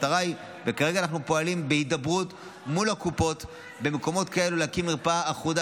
כרגע אנחנו פועלים בהידברות מול הקופות במקומות כאלה להקים מרפאה אחודה,